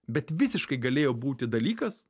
bet visiškai galėjo būti dalykas